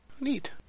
Neat